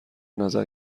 نظر